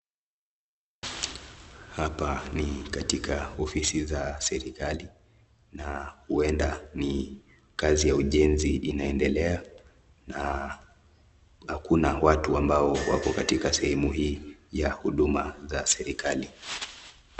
Hapa ni katika ofisi za serikali na huenda ni Kazi ya ujenzi inaendelea na hakuna watu ambao wako katika sehemu hii ya huduma za serikali.